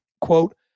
Quote